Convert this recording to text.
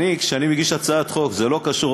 אני, כשאני מגיש הצעת חוק, זה לא קשור.